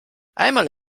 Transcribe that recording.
einmal